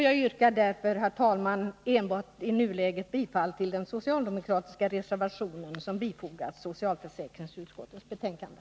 Jag yrkar därför, herr talman, i nuläget enbart bifall till den socialdemokratiska reservationen som fogats till socialutskottets betänkande.